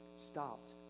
stopped